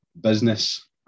business